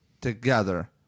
together